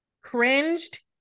cringed